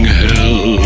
hell